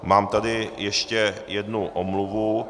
Mám tady ještě jednu omluvu.